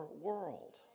world